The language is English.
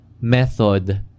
method